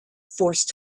forced